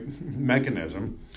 mechanism